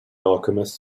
alchemist